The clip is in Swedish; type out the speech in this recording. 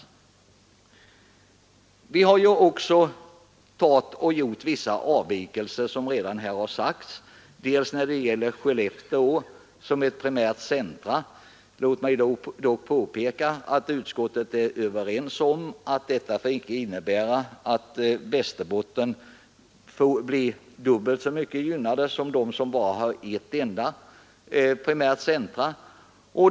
Utskottet har, som redan framhållits, också gjort vissa avvikelser t.ex. när det gäller Skellefteå som föreslås bli primärt centrum. Låt mig då påpeka att vi i utskottet är överens om att detta icke får innebära att Västerbotten blir dubbelt så väl gynnat som de regioner som bara har ett enda primärt centrum.